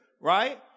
right